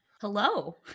Hello